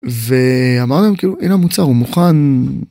ואמר להם כאילו אין המוצר מוכן.